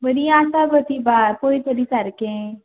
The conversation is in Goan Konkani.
बरीं आसा गो तीं बाय पळय तरी सारकें